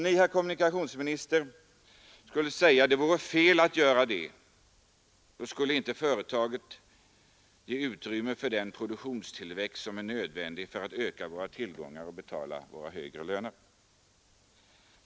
Ni, herr kommunikationsminister, skulle säga att det vore fel att göra det, för då skulle inte företagen kunna ge utrymme för den produktionstillväxt som är nödvändig för att öka våra tillgångar och betala våra högre löner.